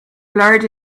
blurred